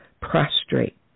prostrate